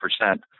percent